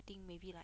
think maybe like